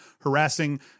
harassing